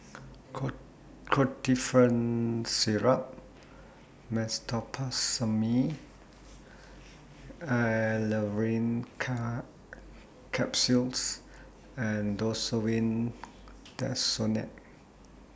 Ketotifen Syrup Meteospasmyl Alverine Capsules and Desowen Desonide